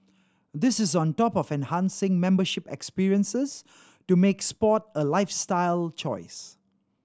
this is on top of enhancing membership experiences to make sport a lifestyle choice